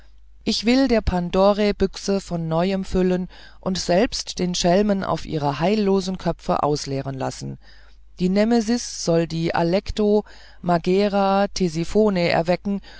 ich will der pandorae büchse von neuem füllen und selbe den schelmen auf ihre heillose köpfe ausleeren lassen die nemesis soll die alecto megaera und tesiphone erwecken